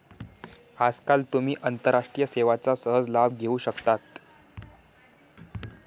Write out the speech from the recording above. आजकाल तुम्ही आंतरराष्ट्रीय सेवांचा सहज लाभ घेऊ शकता